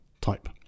type